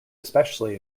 especially